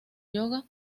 yoga